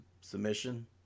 submission